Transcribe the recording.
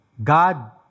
God